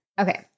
okay